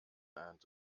and